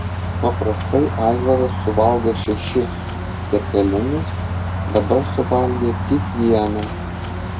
paprastai aivaras suvalgo šešis cepelinus dabar suvalgė tik vieną